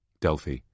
Delphi